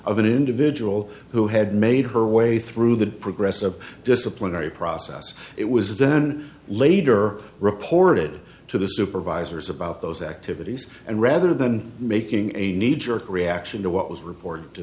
of an individual who had made her way through the progress of disciplinary process it was then later reported to the supervisors about those activities and rather than making a knee jerk reaction to what was report